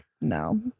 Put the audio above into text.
no